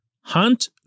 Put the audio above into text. Hunt